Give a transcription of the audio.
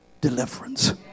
deliverance